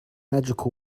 magical